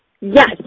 yes